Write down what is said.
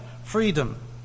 Freedom